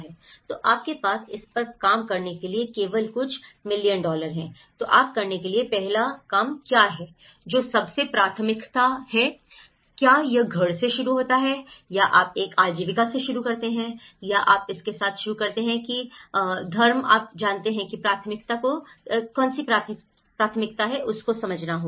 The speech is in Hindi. तो आपके पास इस पर काम करने के लिए केवल कुछ मिलियन डॉलर हैं तो काम करने के लिए पहला काम क्या है जो सबसे प्राथमिकता है क्या यह घर से शुरू होता है या आप एक आजीविका से शुरू करते हैं या आप इसके साथ शुरू करते हैं धर्म आप जानते हैं कि प्राथमिकता को समझना होगा